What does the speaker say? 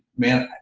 man,